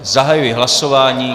Zahajuji hlasování.